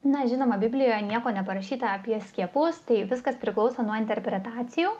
na žinoma biblijoje nieko neparašyta apie skiepus tai viskas priklauso nuo interpretacijų